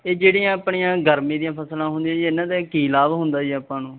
ਇਹ ਜਿਹੜੀਆਂ ਆਪਣੀਆਂ ਗਰਮੀ ਦੀਆਂ ਫ਼ਸਲਾਂ ਹੁੰਦੀਆਂ ਜੀ ਇਹਨਾਂ ਦਾ ਕੀ ਲਾਭ ਹੁੰਦਾ ਜੀ ਆਪਾਂ ਨੂੰ